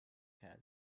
has